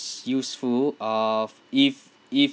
useful uh if if